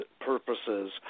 purposes